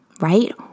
Right